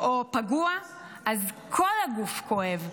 או פגוע אז כל הגוף כואב,